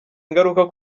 ingaruka